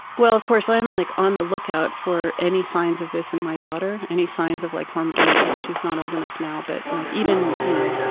well, of course i'm like on the lookout for any signs of this in my daughter. any signs of like harm, i mean like she's not old enough now, but like even you know,